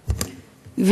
בסדר.